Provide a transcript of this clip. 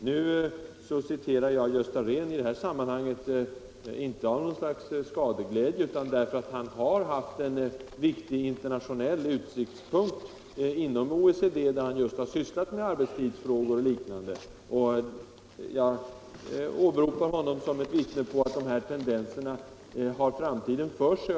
Nu citerade jag Gösta Rehn i detta sammanhang inte av något slags skadeglädje utan därför att han har haft en viktig internationell utsiktspunkt inom OECD, där han just har sysslat med arbetstidsfrågor och liknande. Jag åberopar honom som ett vittne på att dessa tendenser har framtiden för sig.